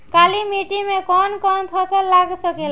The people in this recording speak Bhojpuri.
काली मिट्टी मे कौन कौन फसल लाग सकेला?